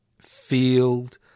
field